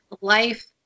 life